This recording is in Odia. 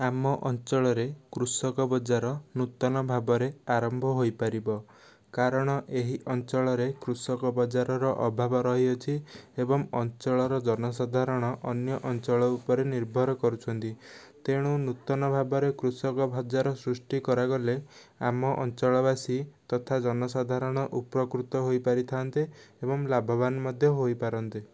ଆମ ଅଞ୍ଚଳରେ କୃଷକ ବଜାର ନୂତନ ଭାବରେ ଆରମ୍ଭ ହୋଇପାରିବ କାରଣ ଏହି ଅଞ୍ଚଳରେ କୃଷକ ବଜାରର ଅଭାବ ରହିଅଛି ଏବଂ ଅଞ୍ଚଳର ଜନ ସାଧାରଣ ଅନ୍ୟ ଅଞ୍ଚଳ ଉପରେ ନିର୍ଭର କରୁଛନ୍ତି ତେଣୁ ନୂତନ ଭାବରେ କୃଷକ ବଜାର ସୃଷ୍ଟି କରାଗଲେ ଆମ ଅଞ୍ଚଳବାସି ତଥା ଜନ ସାଧାରଣ ଉପକୃତ ହୋଇପାରିଥାନ୍ତେ ଏବଂ ଲାଭବାନ ମଧ୍ୟ ହୋଇପାରନ୍ତେ